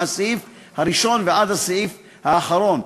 מהסעיף הראשון ועד הסעיף האחרון.